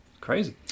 Crazy